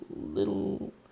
little